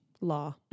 Law